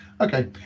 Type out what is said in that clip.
Okay